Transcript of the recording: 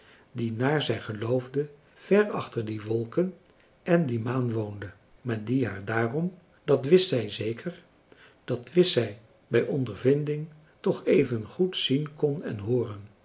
die naar zij geloofde ver achter die wolken en die maan woonde maar die haar daarom dat wist zij zeker dat wist zij bij ondervinding toch evengoed zien kon en hooren